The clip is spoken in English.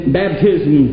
baptism